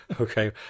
Okay